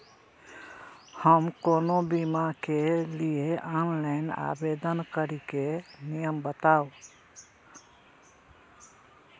हम कोनो बीमा के लिए ऑनलाइन आवेदन करीके नियम बाताबू?